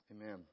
Amen